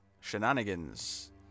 shenanigans